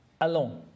alone